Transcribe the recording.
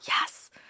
yes